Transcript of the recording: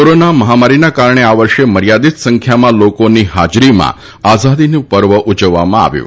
corona મહામારીને કારણે આ વર્ષે મર્યાદિત સંખ્યામાં લોકોની હાજરીમાં આઝાદી પર્વ ઉજવાયો હતો